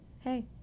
Hey